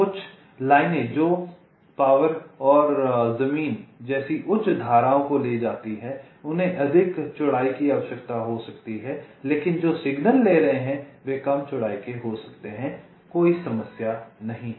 कुछ लाइनें जो बिजली और जमीन जैसी उच्च धाराओं को ले जाती हैं उन्हें अधिक चौड़ाई की आवश्यकता हो सकती है लेकिन जो सिग्नल ले रहे हैं वे कम चौड़ाई के हो सकते हैं कोई समस्या नहीं है